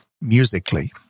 musically